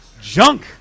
junk